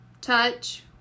touch